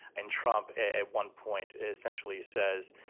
and trump at one point essentially says,